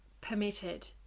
permitted